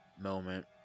moment